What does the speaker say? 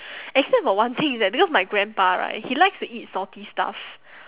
except for one thing is that because my grandpa right he likes to eat salty stuff